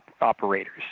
operators